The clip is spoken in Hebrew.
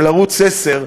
של ערוץ 10,